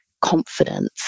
confidence